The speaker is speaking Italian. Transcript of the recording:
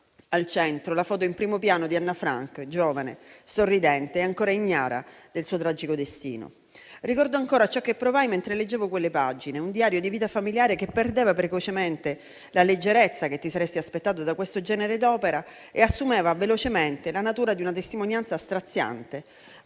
al centro la foto in primo piano di Anne Frank giovane, sorridente e ancora ignara del suo tragico destino. Ricordo ancora ciò che provai mentre leggevo quelle pagine, un diario di vita familiare che perdeva precocemente la leggerezza che ti saresti aspettato da questo genere d'opera e assumeva velocemente la natura di una testimonianza straziante,